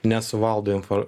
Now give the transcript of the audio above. nesuvaldo info